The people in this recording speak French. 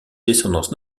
descendance